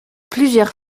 plusieurs